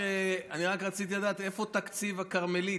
אני רק רציתי לדעת איפה תקציב הכרמלית,